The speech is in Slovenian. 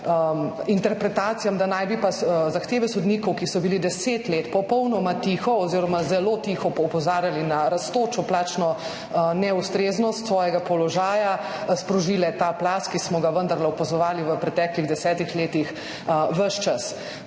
interpretacijam, da naj bi pa zahteve sodnikov, ki so bili 10 let popolnoma tiho oziroma so zelo tiho opozarjali na rastočo plačno neustreznost svojega položaja, sprožile ta plaz, ki smo ga vendarle opazovali v preteklih 10 letih ves čas.